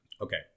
Okay